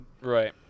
Right